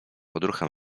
odruchem